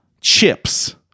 chips